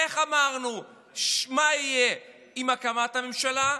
איך אמרנו מה יהיה עם הקמת הממשלה,